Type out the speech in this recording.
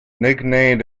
nicknamed